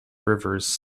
rivers